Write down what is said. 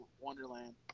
Wonderland